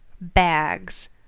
bags